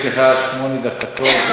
חבר הכנסת גפני, יש לך שמונה דקות.